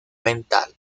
mental